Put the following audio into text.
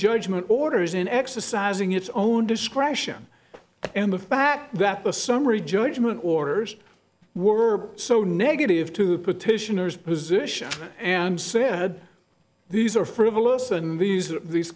judgment orders in exercising its own discretion and the fact that the summary judgment orders were so negative to the petitioners position and said these are frivolous and these are these